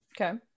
okay